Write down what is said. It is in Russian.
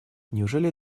неужели